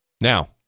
Now